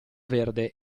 verde